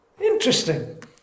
interesting